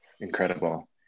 incredible